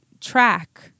track